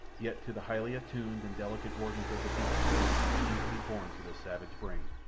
yet to the highly attuned and delicate organs of the beast a message seemed to be borne to the savage brain.